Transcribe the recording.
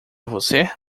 você